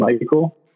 Michael